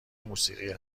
موسیقی